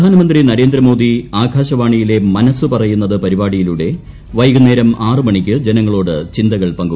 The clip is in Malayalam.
പ്രധാനമന്ത്രി നരേന്ദ്ര മോദി ആകാശവാണിയിലെ മനസ്സ് പറയുന്നത്പരിപാടിയിലൂടെ വൈകുന്നേരം ആറ് മണിക്ക് ജനങ്ങളോട് ചിന്തകൾ പങ്കുവയ്ക്കും